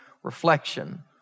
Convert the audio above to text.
reflection